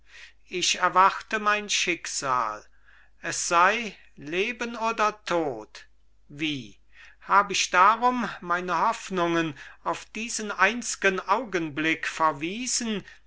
ich erwarte mein schicksal es sei leben oder tod wie hab ich darum meine hoffnungen auf diesen einzgen augenblick verwiesen